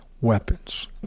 weapons